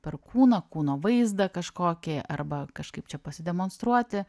per kūną kūno vaizdą kažkokį arba kažkaip čia pasidemonstruoti